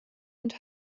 und